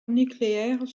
nucléaires